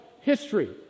history